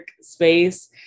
space